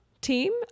team